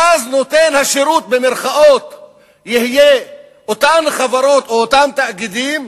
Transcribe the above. ואז "נותן השירות" יהיה אותן חברות או אותם תאגידים,